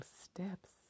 steps